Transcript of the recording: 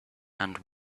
and